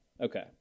Okay